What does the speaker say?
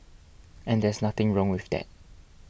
and there's nothing wrong with that